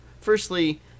Firstly